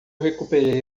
recuperei